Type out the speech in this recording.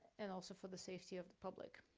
and also, for the safety of the public.